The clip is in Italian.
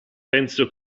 penso